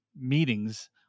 meetings